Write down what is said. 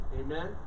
Amen